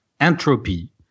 entropy